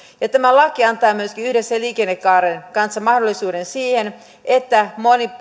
tämä laki myöskin antaa yhdessä liikennekaaren kanssa mahdollisuuden siihen että